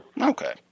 Okay